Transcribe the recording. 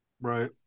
right